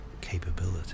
capability